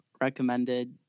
recommended